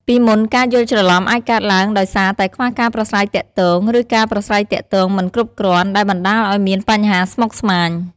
ពីមុន ការយល់ច្រឡំអាចកើតឡើងដោយសារតែខ្វះការប្រាស្រ័យទាក់ទង ឬការប្រាស្រ័យទាក់ទងមិនគ្រប់គ្រាន់ ដែលបណ្ដាលឲ្យមានបញ្ហាស្មុគស្មាញ។